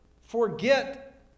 forget